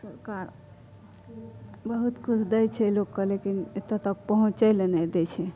सरकार बहुत किछु दै छै लोक कऽ लेकिन एतऽ तक पहुँचै लए नहि दै छै